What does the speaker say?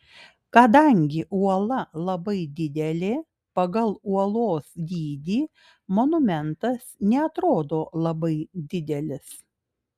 kadangi uola labai didelė pagal uolos dydį monumentas neatrodo labai didelis